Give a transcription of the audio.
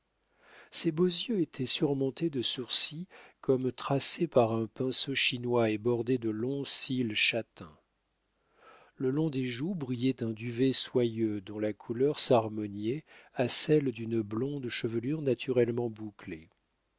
ces beaux yeux étaient surmontés de sourcils comme tracés par un pinceau chinois et bordés de longs cils châtains le long des joues brillait un duvet soyeux dont la couleur s'harmoniait à celle d'une blonde chevelure naturellement bouclée